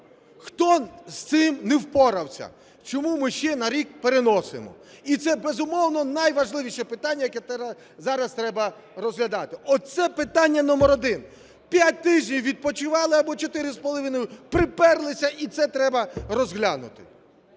Хто з цим не впорався? Чому ми ще на рік переносимо? І це, безумовно, найважливіше питання, яке зараз треба розглядати. Оце питання номер один! П'ять тижнів відпочивали або чотири з половиною, приперлися, і це треба розглянути.